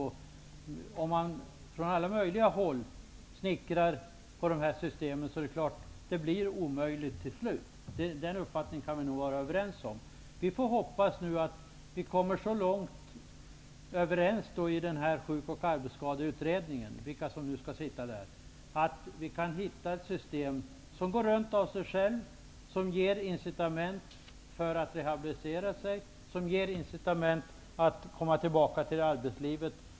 Det är klart att det blir till slut omöjligt när systemen snickras ihop från alla möjliga håll. Den uppfattningen kan vi vara överens om. Vi får hoppas att de som skall sitta med i sjuk och arbetsskadeutredningen kan komma överens så långt att de kan utforma ett system som går runt av sig självt och som ger incitament till rehabilitering och att komma tillbaka till arbetslivet.